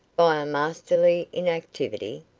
by a masterly inactivity?